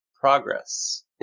progress